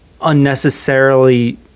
unnecessarily